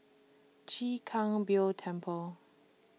Chwee Kang Beo Temple